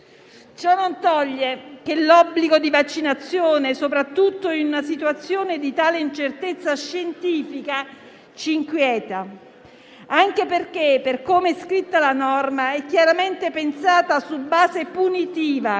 Ciò non toglie che l'obbligo di vaccinazione, soprattutto in una situazione di tale incertezza scientifica, ci inquieta, anche perché, per come è scritta la norma, è chiaramente pensata su base punitiva,